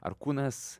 ar kūnas